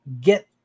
get